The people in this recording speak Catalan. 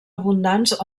abundants